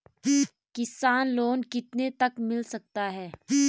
किसान लोंन कितने तक मिल सकता है?